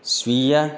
स्वीय